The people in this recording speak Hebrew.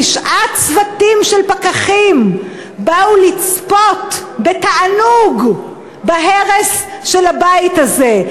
תשעה צוותים של פקחים באו לצפות בתענוג בהרס של הבית הזה.